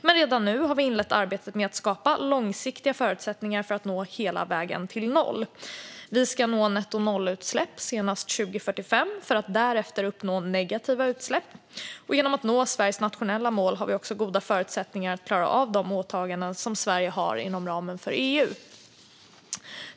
Men redan nu har vi inlett arbetet med att skapa långsiktiga förutsättningar för att nå hela vägen till noll. Vi ska nå nettonollutsläpp senast 2045 för att därefter uppnå negativa utsläpp. Genom att nå Sveriges nationella mål har vi goda förutsättningar att även klara de åtaganden som Sveriges har inom ramen för EU.